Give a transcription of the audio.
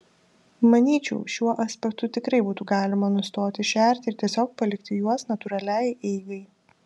manyčiau šiuo aspektu tikrai būtų galima nustoti šerti ir tiesiog palikti juos natūraliai eigai